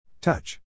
Touch